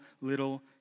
little